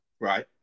Right